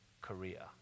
Korea